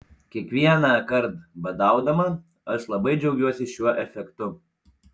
kiekvienąkart badaudama aš labai džiaugiuosi šiuo efektu